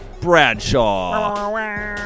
Bradshaw